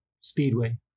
Speedway